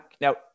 now